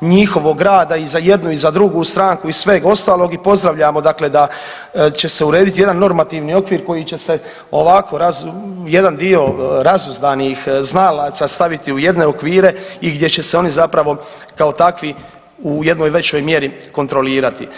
njihovog rada i za jednu i za drugu stranku i sveg ostalog i pozdravljamo, dakle da će se urediti jedan normativni okvir koji će se ovako jedan dio razuzdanih znalaca staviti u jedne okvire i gdje će se oni zapravo kao takvi u jednoj većoj mjeri kontrolirati.